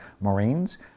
Marines